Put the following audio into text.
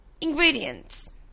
Ingredients